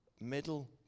middle